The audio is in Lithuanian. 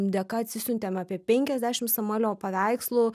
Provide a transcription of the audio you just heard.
dėka atsisiuntėm apie penkiasdešimt samuelio paveikslų